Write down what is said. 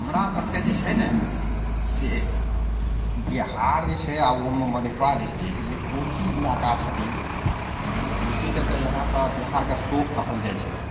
हमरा सभके जे छै ने से बिहार जे छै आओर ओहुमे मधेपुरा डिस्ट्रिक्ट जे कोशी इलाका छथिन तऽ कोशीकेँ तऽ यहाँपर बिहारके शोक कहल जाइ छै